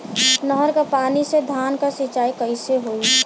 नहर क पानी से धान क सिंचाई कईसे होई?